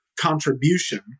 contribution